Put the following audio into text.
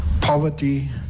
poverty